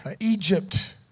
Egypt